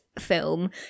film